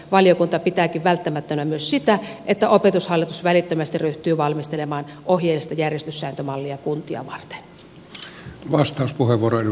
valiokunta pitääkin välttämättömänä myös sitä että opetushallitus välittömästi ryhtyy valmistelemaan ohjeellista järjestyssääntömallia kuntia varten